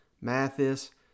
Mathis